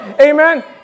Amen